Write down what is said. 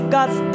God's